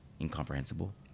incomprehensible